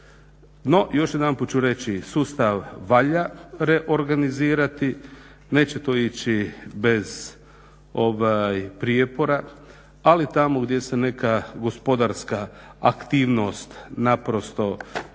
No, još jedanput ću reći sustav valja reorganizirati. Neće to ići bez prijepora, ali tamo gdje se neka gospodarska aktivnost naprosto